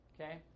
okay